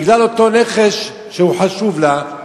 בגלל אותו נכס שהוא חשוב לה,